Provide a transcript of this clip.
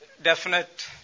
Definite